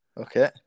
Okay